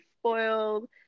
spoiled